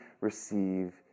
receive